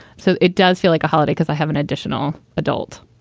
so it does feel like a holiday because i have an additional adult.